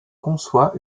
conçoit